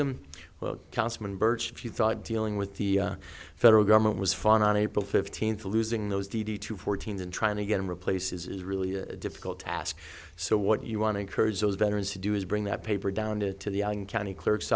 thought dealing with the federal government was fun on april fifteenth losing those dd to fourteen and trying to get in replace is really a difficult task so what you want to encourage those veterans to do is bring that paper down to the county clerk